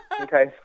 Okay